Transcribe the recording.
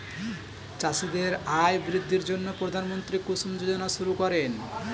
চাষীদের আয় বৃদ্ধির জন্য প্রধানমন্ত্রী কুসুম যোজনা শুরু করেন